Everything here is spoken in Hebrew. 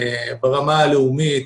ברמה הלאומית,